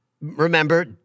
remember